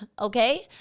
Okay